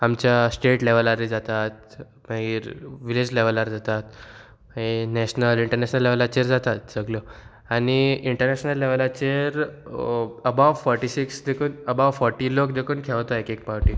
आमच्या स्टेट लेवलार जातात मागीर विलेज लेवलार जातात मागीर नॅशनल इंटरनॅशनल लेवलाचेर जातात सगळ्यो आनी इंटरनॅशनल लेवलाचेर अबाव फोटी सिक्स देखून अबाव फोर्टी लोक देखून खेळता एक एक पावटी